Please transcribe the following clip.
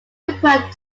required